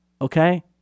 okay